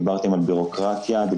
דיברתם על בירוקרטיה ועל טפסים,